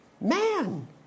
man